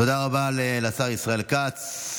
תודה רבה לשר ישראל כץ.